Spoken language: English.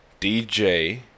dj